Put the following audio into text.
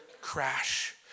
crash